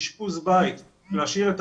אשפוז בית, להשאיר את